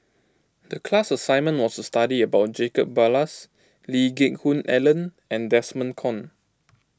the class assignment was to study about Jacob Ballas Lee Geck Hoon Ellen and Desmond Kon